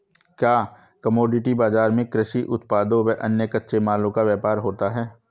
क्या कमोडिटी बाजार में कृषि उत्पादों व अन्य कच्चे मालों का व्यापार होता है?